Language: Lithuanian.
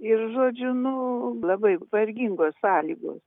ir žodžiu nu labai vargingos sąlygos